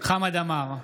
חמד עמאר,